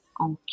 Okay